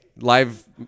live